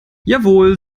jawohl